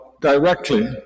directly